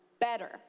better